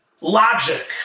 logic